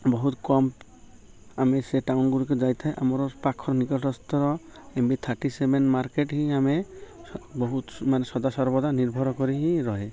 ବହୁତ କମ୍ ଆମେ ସେ ଟାଉନ୍ଗୁଡ଼ିକ ଯାଇଥାଏ ଆମର ପାଖ ନିକଟସ୍ଥର M B thirty seven market ହିଁ ଆମେ ବହୁତ ମାନେ ସଦାସର୍ବଦା ନିର୍ଭର କରି ହିଁ ରହେ